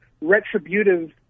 retributive